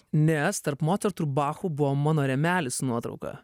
nes tarp mocartų ir bachų buvo mano rėmelis su nuotrauka